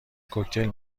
کوکتل